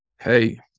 Hey